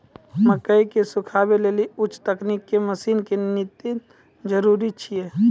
मकई के सुखावे लेली उच्च तकनीक के मसीन के नितांत जरूरी छैय?